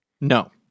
No